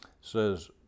says